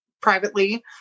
privately